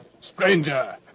Stranger